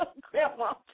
grandma